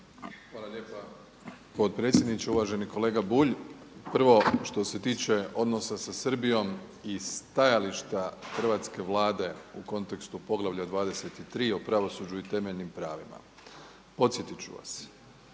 Hvala lijepa potpredsjedniče. Uvaženi kolega Bulj, prvo što se tiče odnosa sa Srbijom i stajališta hrvatske Vlade u kontekstu poglavlja 23. o pravosuđu i temeljnim pravima. Podsjetit ću vas,